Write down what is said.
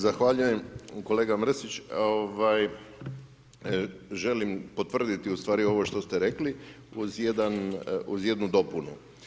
Zahvaljujem kolega Mrsić, želim potvrditi ustvari ovo što ste rekli, uz jednu dopunu.